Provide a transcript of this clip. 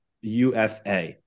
UFA